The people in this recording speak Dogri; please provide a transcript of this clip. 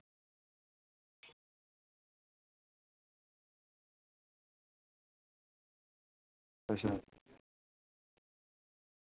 अच्छा